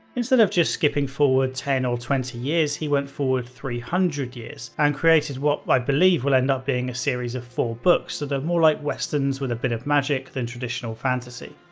instead of just skipping forward ten or twenty years, he went forward three hundred years, and created what i believe will end up being a series of four books that are more like westerns with a bit of magic than traditional fantasy.